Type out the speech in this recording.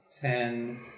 Ten